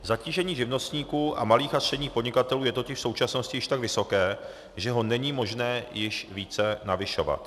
Zatížení živnostníků a malých a středních podnikatelů je totiž v současnosti již tak vysoké, že ho není možné již více navyšovat.